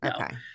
okay